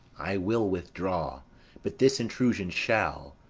i will withdraw but this intrusion shall,